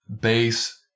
base